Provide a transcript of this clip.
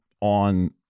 on